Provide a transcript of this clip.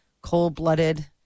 cold-blooded